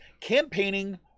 campaigning